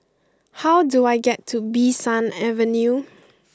how do I get to Bee San Avenue